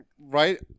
right